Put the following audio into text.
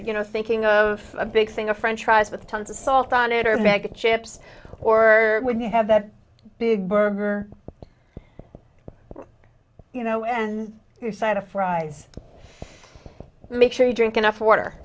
you know thinking of a big thing a french fries with tons of salt on it or a bag of chips or when you have that big you know and your side of fries make sure you drink enough water